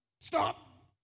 stop